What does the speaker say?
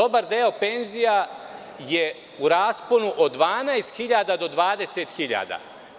Dobar deo penzija je u rasponu od 12 do 20 hiljada.